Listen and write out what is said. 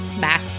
Bye